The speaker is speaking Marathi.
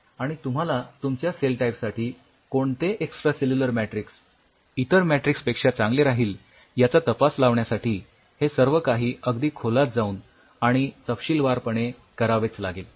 आणि तुम्हाला तुमच्या सेल टाईप साठी कोणते एक्सट्रासेल्युलर मॅट्रिक्स इतर मॅट्रिक्स पेक्षा चांगले राहील याचा तपास लावण्यासाठी हे सर्व काही अगदी खोलात जाऊन आणि तपशीलवारपणे करावेच लागेल